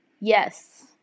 Yes